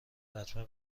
لطمه